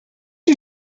you